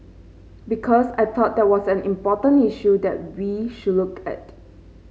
because I thought that was an important issue that we should look at